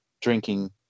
drinking